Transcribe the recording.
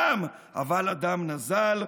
דם אבל הדם נזל,